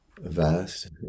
Vast